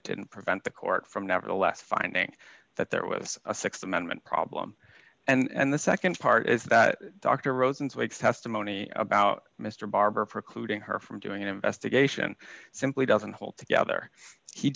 it didn't prevent the court from nevertheless finding that there was a th amendment problem and the nd part is that dr rosenzweig testimony about mr barbour precluding her from doing an investigation simply doesn't hold together he